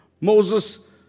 Moses